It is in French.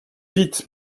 vite